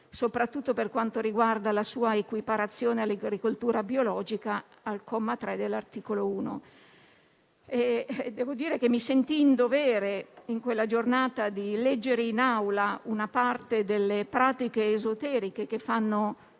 soprattutto per quanto riguarda la sua equiparazione all'agricoltura biologica, al comma 3 dell'articolo 1. Devo dire che mi sentii in dovere, in quella giornata, di leggere in Aula una parte delle pratiche esoteriche che fanno